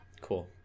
Cool